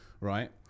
right